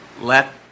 Let